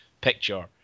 picture